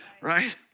Right